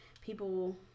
people